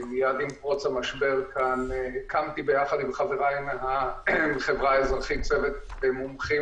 מיד עם פרוץ המשבר כאן הקמתי ביחד עם חבריי מהחברה האזרחית צוות מומחים